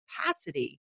capacity